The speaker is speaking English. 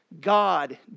God